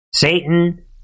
Satan